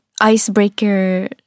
icebreaker